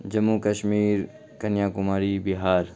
Jammu Kashmir Kanyakumari Bihar